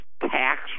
tax